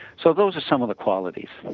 so those are some of the qualities